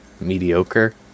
mediocre